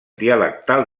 dialectal